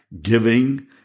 giving